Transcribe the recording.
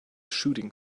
shooting